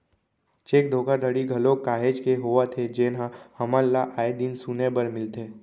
cheque धोखाघड़ी घलोक काहेच के होवत हे जेनहा हमन ल आय दिन सुने बर मिलथे